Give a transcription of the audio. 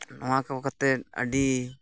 ᱱᱚᱣᱟᱠᱚ ᱠᱟᱛᱮᱫ ᱟᱹᱰᱤ